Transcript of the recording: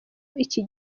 iki